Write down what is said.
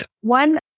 one